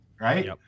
right